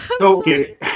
Okay